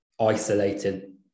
isolated